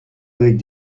avec